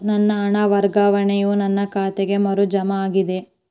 ನನ್ನ ಹಣ ವರ್ಗಾವಣೆಯು ನನ್ನ ಖಾತೆಗೆ ಮರು ಜಮಾ ಆಗಿದೆ